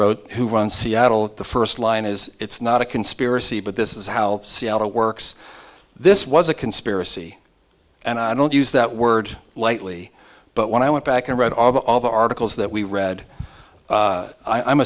wrote who won seattle the first line is it's not a conspiracy but this is how seattle works this was a conspiracy and i don't use that word lightly but when i went back and read all of all the articles that we read